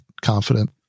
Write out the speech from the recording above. confident